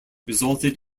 resulted